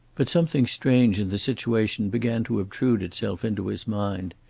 but something strange in the situation began to obtrude itself into his mind.